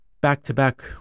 Back-to-back